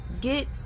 get